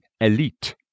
elite